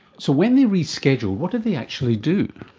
so when they reschedule, what do they actually do?